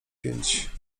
pięć